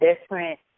different